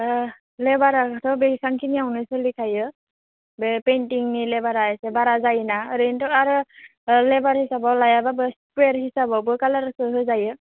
दा लेबाराथ' एसेबांखिनियावनो सोलिखायो बे पेइन्टिंनि लेबारा इसे बारा जायोना ओरैनोथ' आरो पार लेबार हिसाबाव लायाबा स्कुवेर हिसाबावबो कालारखो होजायो